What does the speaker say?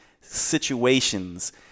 situations